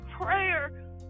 prayer